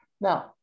Now